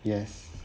yes